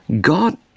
God